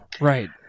Right